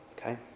okay